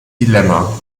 dilemma